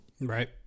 right